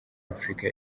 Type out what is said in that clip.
afurika